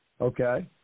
Okay